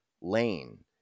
lane